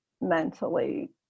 mentally